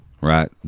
right